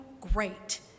great